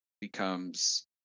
becomes